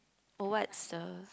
oh what's the